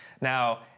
Now